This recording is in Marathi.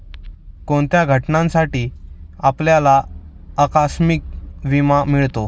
कोणत्या घटनांसाठी आपल्याला आकस्मिक विमा मिळतो?